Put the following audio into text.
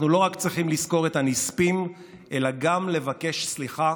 אנחנו לא רק צריכים לזכור את הנספים אלא גם לבקש סליחה